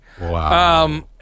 Wow